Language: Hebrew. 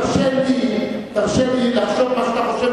תרשה לי לחשוב מה שאתה חושב,